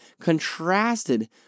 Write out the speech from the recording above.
contrasted